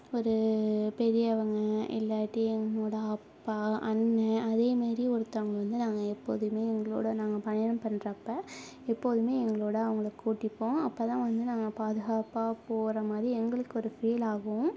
ஒரு பெரியவங்க இல்லாட்டி எங்களோட அப்பா அண்ணா அதே மேரி ஒருத்தவங்களை வந்து நாங்கள் எப்போதுமே எங்களோட நாங்கள் பயணம் பண்றப்போ எப்போதுமே எங்களோட அவங்கள கூட்டிப்போம் அப்போ தான் வந்து நாங்கள் பாதுகாப்பாக போகறமாரி எங்களுக்கு ஒரு ஃபீலாகும்